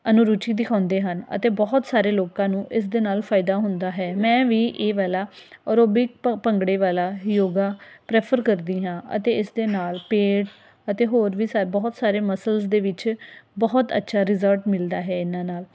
ਅਨੁਰੁਚੀ ਦਿਖਾਉਂਦੇ ਹਨ ਅਤੇ ਬਹੁਤ ਸਾਰੇ ਲੋਕਾਂ ਨੂੰ ਇਸ ਦੇ ਨਾਲ ਫ਼ਾਇਦਾ ਹੁੰਦਾ ਹੈ ਮੈਂ ਵੀ ਇਹ ਵਾਲਾ ਅਰੋਬਿਕ ਭੰ ਭੰਗੜੇ ਵਾਲਾ ਯੋਗਾ ਪ੍ਰੈਫਰ ਕਰਦੀ ਹਾਂ ਅਤੇ ਇਸ ਦੇ ਨਾਲ ਪੇਟ ਅਤੇ ਹੋਰ ਵੀ ਬਹੁਤ ਸਾਰੇ ਮਸਲਸ ਦੇ ਵਿੱਚ ਬਹੁਤ ਅੱਛਾ ਰਿਜ਼ਲਟ ਮਿਲਦਾ ਹੈ ਇਹਨਾਂ ਨਾਲ